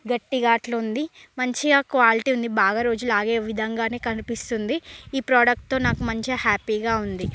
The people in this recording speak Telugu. గట్టిగా అట్లా ఉంది మంచిగా క్వాలిటీ ఉంది బాగా రోజుల ఆగే విధం గానే కనిపిస్తుంది ఈ ప్రోడక్ట్తో నాకు మంచిగా హ్యాప్పీగా ఉంది